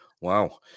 Wow